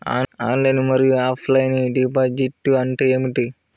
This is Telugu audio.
ఆన్లైన్ మరియు ఆఫ్లైన్ డిపాజిట్ అంటే ఏమిటి?